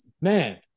Man